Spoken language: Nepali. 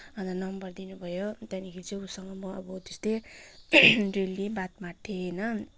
अन्त नम्बर दिनुभयो त्यहाँदेखि चाहिँ उसँग म अब त्यस्तै डेली बात मार्थेँ होइन